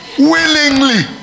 Willingly